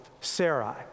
Sarai